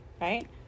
right